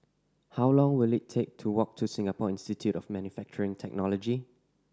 how long will it take to walk to Singapore Institute of Manufacturing Technology